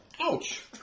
Ouch